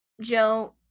Joe